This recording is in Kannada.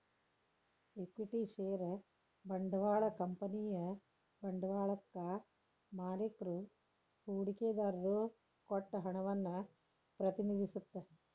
ಇಕ್ವಿಟಿ ಷೇರ ಬಂಡವಾಳ ಕಂಪನಿಯ ಬಂಡವಾಳಕ್ಕಾ ಮಾಲಿಕ್ರು ಹೂಡಿಕೆದಾರರು ಕೊಟ್ಟ ಹಣವನ್ನ ಪ್ರತಿನಿಧಿಸತ್ತ